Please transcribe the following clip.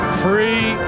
free